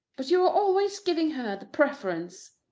but you are always giving her the preference.